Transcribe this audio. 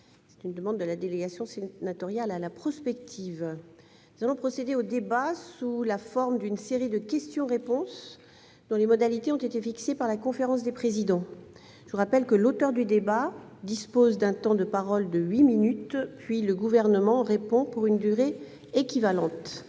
sur les conclusions du rapport d'information. Nous allons procéder au débat sous la forme d'une série de questions-réponses, dont les modalités ont été fixées par la conférence des présidents. Je rappelle que l'auteur de la demande dispose d'un temps de parole de huit minutes, puis le Gouvernement répond pour une durée équivalente.